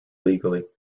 legally